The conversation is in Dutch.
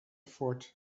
fort